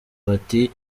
bati